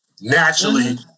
naturally